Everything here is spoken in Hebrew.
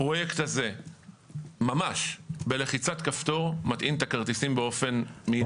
הפרויקט הזה ממש בלחיצת כפתור מטעין את הכרטיסים באופן מיידי.